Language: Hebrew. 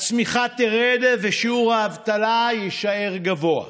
הצמיחה תרד ושיעור האבטלה יישאר גבוה.